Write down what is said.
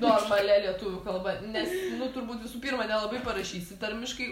normalia lietuvių kalba nes nu turbūt visų pirma nelabai parašysi tarmiškai